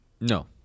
No